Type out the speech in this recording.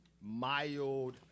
mild